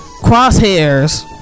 crosshairs